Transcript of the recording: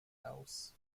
house